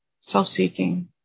self-seeking